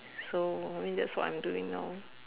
so I mean that's what I'm doing now